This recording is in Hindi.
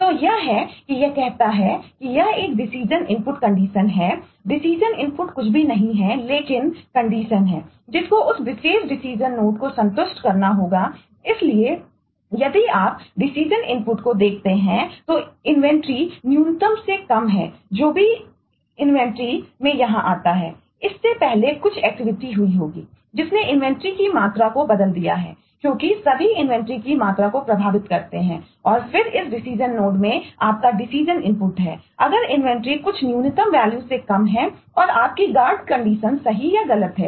तो यह है कि यह कहता है कि यह एक डिसीजन इनपुट सही या गलत है